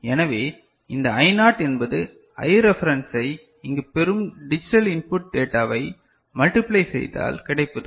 எனவே இந்த I naught என்பது I ரெஃபரன்ஸ்ஐ இங்கு பெரும் டிஜிட்டல் இன்புட் டேட்டாவை மல்டிபிளை செய்தால் கிடைப்பது